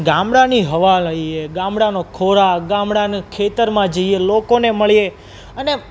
ગામડાંની હવા લઈએ ગામડાનો ખોરાક ગામડાનાં ખેતરમાં જઈએ લોકોને મળીએ અને